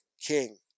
king